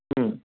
হুম